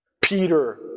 Peter